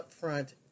upfront